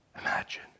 Imagine